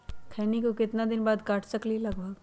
खैनी को कितना दिन बाद काट सकलिये है लगभग?